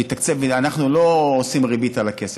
כי אנחנו לא עושים ריבית על הכסף.